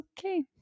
okay